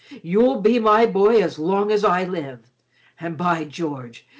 you'll be my boy as long as i live and, by george,